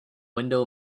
window